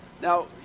Now